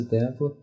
tempo